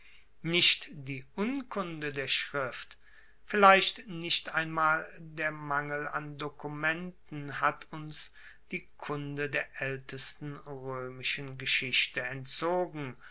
nicht die unkunde der schrift vielleicht nicht einmal der mangel an dokumenten hat uns die kunde der aeltesten roemischen geschichte entzogen